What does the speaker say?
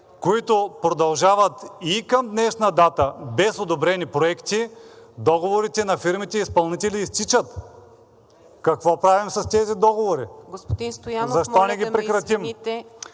които продължават и към днешна дата без одобрени проекти, договорите на фирмите изпълнители изтичат. Какво правим с тези договори? Защо не ги прекратим?